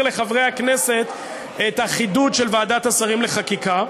לחברי הכנסת את החידוד של ועדת השרים לחקיקה,